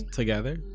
together